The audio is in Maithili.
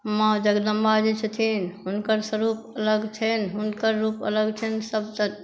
माँ जगदम्बा जे छथिन हुनकर स्वरूप लग छनि हुनकर रूप अलग छनि सभसे